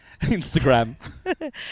Instagram